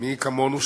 מי כמונו,